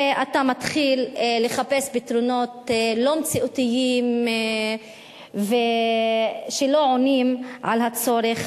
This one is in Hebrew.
ואתה מתחיל לחפש פתרונות לא מציאותיים שלא עונים על הצורך